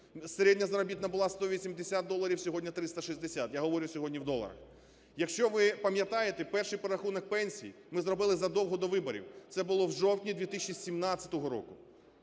Середня заробітна була 180 доларів, сьогодні – 360. Я говорю сьогодні в доларах. Якщо ви пам'ятаєте, перший перерахунок пенсій ми зробили задовго до виборів, це було в жовтні 2017 року.